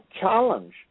challenge